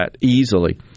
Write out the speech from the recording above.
easily